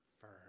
firm